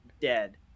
dead